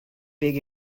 big